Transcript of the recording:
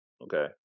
Okay